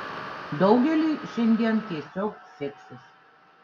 daugeliui šiandien tiesiog seksis